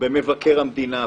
במבקר המדינה,